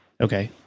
Okay